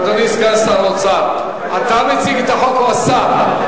אדוני סגן שר האוצר, אתה מציג את החוק, או השר?